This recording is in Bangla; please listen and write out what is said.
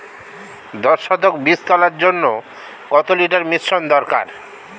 দশ শতক বীজ তলার জন্য কত লিটার মিশ্রন দরকার?